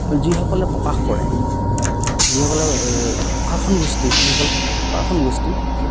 যিসকলে প্ৰকাশ কৰে যিসকলে প্ৰশাসন গোষ্ঠী যিসকল প্ৰকাশন গোষ্ঠী